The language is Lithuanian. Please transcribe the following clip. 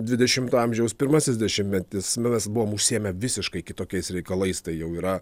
dvidešimto amžiaus pirmasis dešimtmetis mes buvom užsiėmę visiškai kitokiais reikalais tai jau yra